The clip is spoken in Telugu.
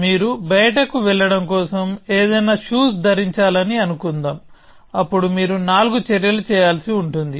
మీరు బయటకు వెళ్లడం కోసం ఏదైనా షూస్ ధరించాలని అనుకుందాం అప్పుడు మీరు నాలుగు చర్యలు చేయాల్సి ఉంటుంది